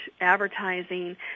advertising